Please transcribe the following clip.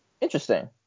interesting